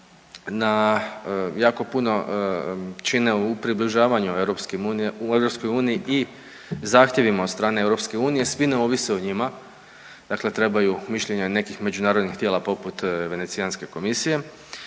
jako puno čine u približavanju EU i zahtjevima od strane EU. Svi ne ovise o njima, dakle trebaju mišljenja nekih međunarodnih tijela poput Venecijanske komisije,